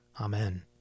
Amen